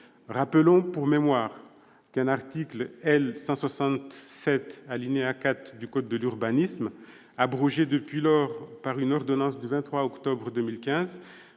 Rappelons pour mémoire qu'un article L. 160-7 alinéa 4 du code de l'urbanisme, abrogé depuis lors par une ordonnance du 23 octobre 2015,